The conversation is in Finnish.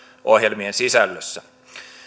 ohjelmien sisällössä